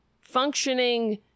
functioning